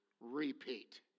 repeat